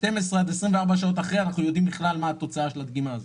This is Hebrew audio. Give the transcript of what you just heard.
12 עד 24 שעות אחרי אנחנו יודעים בכלל מה תוצאת הדגימה הזו.